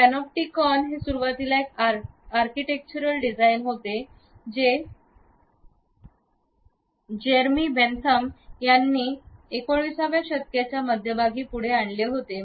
panopticon हे सुरुवातीला एक आर्किटेक्चरल डिझाइन होते जे जेरेमी बेन्थम त्यांनी 19 व्या शतकाच्या मध्यभागी पुढे आणले होते